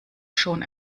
schon